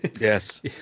Yes